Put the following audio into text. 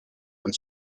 and